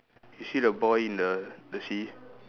you see the boy in the the sea